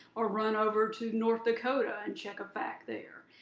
or run over to north dakota and check a fact there.